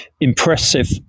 impressive